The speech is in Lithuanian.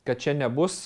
kad čia nebus